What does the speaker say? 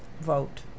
vote